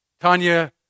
Tanya